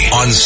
on